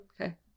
Okay